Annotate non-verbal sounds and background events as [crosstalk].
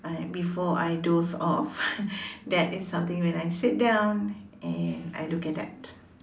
uh before I doze off [laughs] that is something when I sit down and I look at that